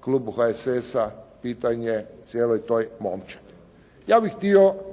Klubu HSS-a, pitanje cijeloj toj momčadi. Ja bih htio